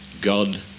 God